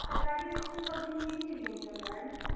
सरकारी इस्कूल तो अभी हिंदी मीडियम चल रहा है ना